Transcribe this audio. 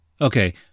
Okay